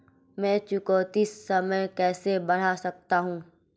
मैं चुकौती समय कैसे बढ़ा सकता हूं?